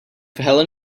helen